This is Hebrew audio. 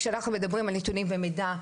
כשאנחנו מדברים על נתונים ומידע,